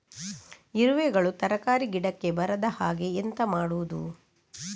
ಇರುವೆಗಳು ತರಕಾರಿ ಗಿಡಕ್ಕೆ ಬರದ ಹಾಗೆ ಎಂತ ಮಾಡುದು?